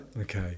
Okay